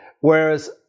Whereas